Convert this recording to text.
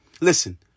listen